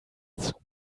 zum